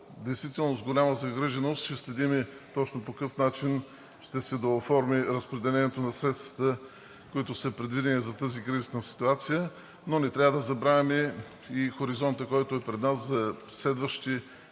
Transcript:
но с голяма загриженост ще следим точно по какъв начин ще се дооформи разпределението на средствата, които са предвидени за тази кризисна ситуация. Не трябва да забравяме и хоризонта, който е пред нас, за следващи